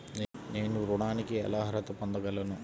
నేను ఋణానికి ఎలా అర్హత పొందగలను?